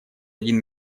один